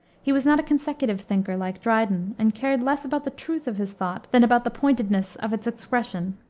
he was not a consecutive thinker, like dryden, and cared less about the truth of his thought than about the pointedness of its expression.